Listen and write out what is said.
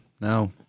No